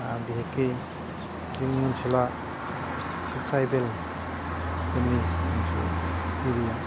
आरो बिहेखे जोंनि ओनसोला जे ट्राइबेलफोरनि मोनसे एरिया